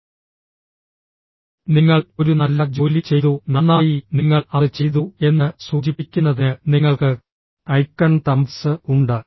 അതിനാൽ ഇന്നും നിങ്ങൾക്ക് ഉദാഹരണത്തിന് ഫേസ്ബുക്ക് വാട്ട്സ്ആപ്പ് എന്നിവയുണ്ട് അഭിനന്ദനങ്ങൾ നിങ്ങൾ ഒരു നല്ല ജോലി ചെയ്തു നന്നായി നിങ്ങൾ അത് ചെയ്തു എന്ന് സൂചിപ്പിക്കുന്നതിന് നിങ്ങൾക്ക് ഐക്കൺ തംബ്സ് ഉണ്ട്